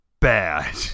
Bad